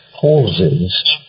pauses